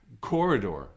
corridor